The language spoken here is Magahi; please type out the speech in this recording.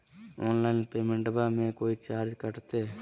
ऑनलाइन पेमेंटबां मे कोइ चार्ज कटते?